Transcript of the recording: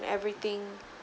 everything